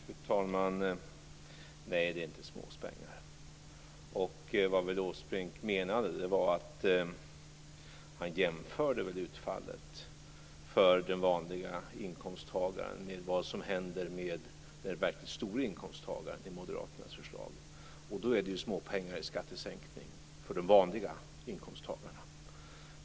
Fru talman! Nej, det är inte småpengar. Åsbrink jämförde nog utfallet för den vanliga inkomsttagaren med vad som händer för den verkliga höginkomsttagaren enligt moderaternas förslag. Och då är det småpengar i skattesänkning för de vanliga inkomsttagarna.